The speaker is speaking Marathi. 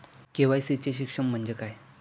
के.वाय.सी चे शिक्षण म्हणजे काय?